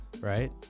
right